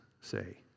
say